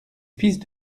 fils